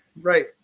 Right